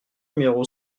numéro